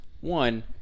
One –